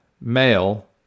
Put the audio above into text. male